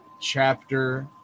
Chapter